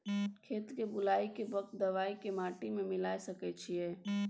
खेत के बुआई के वक्त दबाय के माटी में मिलाय सके छिये?